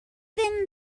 thin